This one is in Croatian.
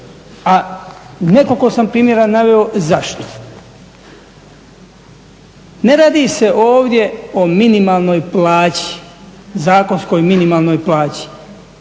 A nekoliko sam primjera naveo zašto. Ne radi se ovdje o minimalnoj plaći, zakonskoj minimalnoj plaći,